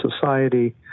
society